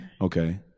Okay